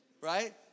right